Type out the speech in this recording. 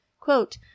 Quote